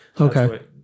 Okay